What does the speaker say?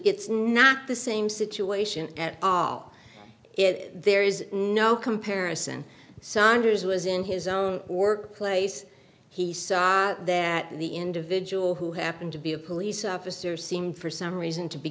it's not the same situation at all if there is no comparison saunders was in his own workplace he said that the individual who happened to be a police officer seemed for some reason to be